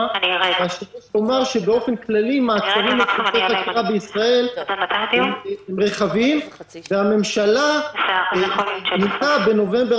--- באופן כללי --- בישראל רחבים והממשלה מינתה בנובמבר